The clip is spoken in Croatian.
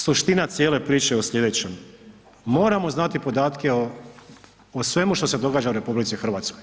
Suština cijele priče je u sljedećem, moramo znati podatke o svemu što se događa u RH.